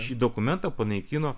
šį dokumentą panaikino